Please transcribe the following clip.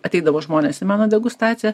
ateidavo žmonės į mano degustaciją